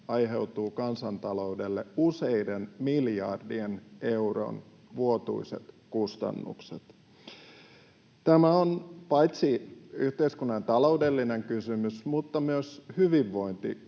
aiheutuu kansantaloudelle useiden miljardien eurojen vuotuiset kustannukset. Tämä on paitsi yhteiskunnan taloudellinen kysymys myös hyvinvointikysymys.